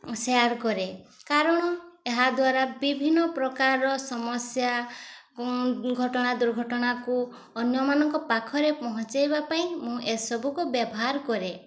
share କରେ କାରଣ ଏହାଦ୍ଵାରା ବିଭିନ୍ନ ପ୍ରକାରର ସମସ୍ୟା ଘଟଣା ଦୁର୍ଘଟଣାକୁ ଅନ୍ୟମାନଙ୍କ ପାଖରେ ପହଞ୍ଚେଇବା ପାଇଁ ମୁଁ ଏସବୁକୁ ବ୍ୟବହାର କରେ